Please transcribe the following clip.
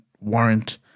warrant